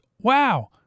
wow